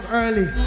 early